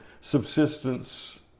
subsistence